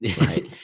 right